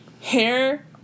hair